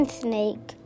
snake